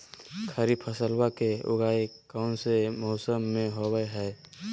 खरीफ फसलवा के उगाई कौन से मौसमा मे होवय है?